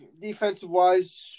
Defensive-wise